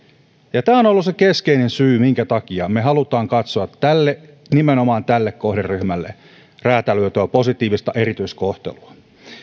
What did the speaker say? ja tämä on ollut se keskeinen syy minkä takia me haluamme katsoa nimenomaan tälle kohderyhmälle räätälöityä positiivista erityiskohtelua